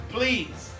Please